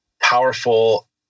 powerful